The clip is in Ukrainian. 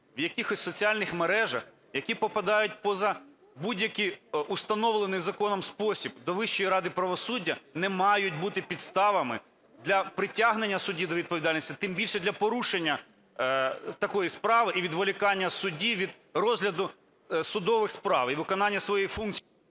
в якихось соціальних мережах, які попадають поза будь-який установлений законом спосіб до Вищої ради правосуддя, не мають бути підставами для притягнення судді до відповідальності, тим більше до порушення такої справи і відволікання судді від розгляду судових справ і виконання своїх функцій…